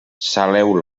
saleu